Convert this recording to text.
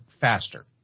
faster